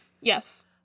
Yes